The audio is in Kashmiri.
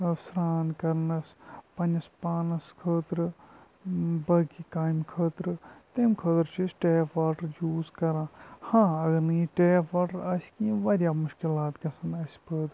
مطلب سرٛان کَرنَس پنٛنِس پانَس خٲطرٕ باقٕے کامہِ خٲطرٕ تٔمۍ خٲطرٕ چھِ أسۍ ٹیپ واٹر یوٗز کَران ہاں اگر نہٕ یہِ ٹیپ واٹر آسہِ کِہیٖنۍ واریاہ مُشکلات گژھن اَسہِ پٲدٕ